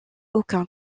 aucun